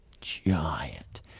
giant